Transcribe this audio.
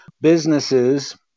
businesses